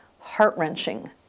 heart-wrenching